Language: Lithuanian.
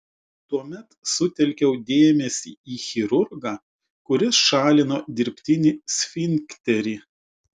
tuomet sutelkiau dėmesį į chirurgą kuris šalino dirbtinį sfinkterį